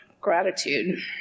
gratitude